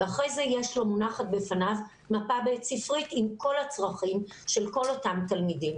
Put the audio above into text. ואחר כך מונחים בפניו כל הצרכים של כל אותם תלמידים